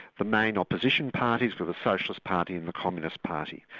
the main opposition parties were the socialist party and the communist party.